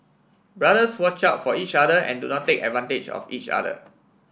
brothers watch out for each other and do not take advantage of each other